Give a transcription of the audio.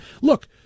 Look